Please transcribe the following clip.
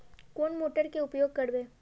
कौन मोटर के उपयोग करवे?